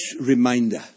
reminder